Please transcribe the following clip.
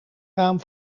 raam